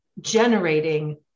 generating